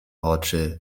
oczy